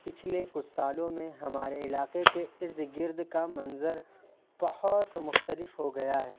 پچھلے کچھ سالوں میں ہمارے علاقے کے ارد گرد کا منظر بہت مختلف ہو گیا ہے